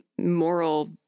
moral